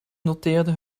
noteerde